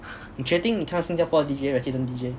你确定你看到新加坡的 D_J resident D_J meh